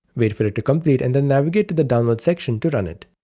wait for it to complete and then navigate to the downloads section to run it.